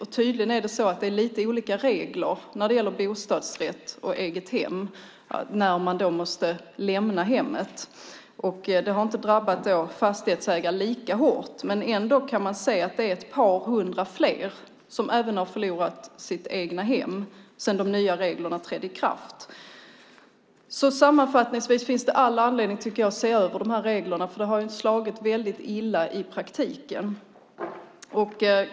Det är tydligen lite olika regler för bostadsrätt och egnahem, när man måste lämna hemmet. Detta har inte drabbat fastighetsägare lika hårt. Men man kan ändå se att det även är ett par hundra fler som har förlorat sitt egnahem sedan de nya reglerna trädde i kraft. Sammanfattningsvis tycker jag att det finns all anledning att se över de här reglerna, för det har slagit väldigt illa i praktiken.